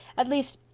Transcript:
at least,